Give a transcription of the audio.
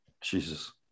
Jesus